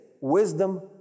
Wisdom